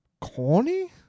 corny